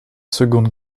seconde